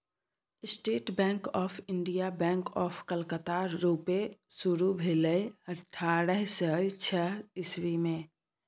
state Bank of India, bank of Calcutta रुपे शुरु भेलै अठारह सय छअ इस्बी मे